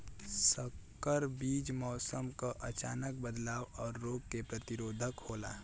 संकर बीज मौसम क अचानक बदलाव और रोग के प्रतिरोधक होला